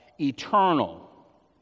eternal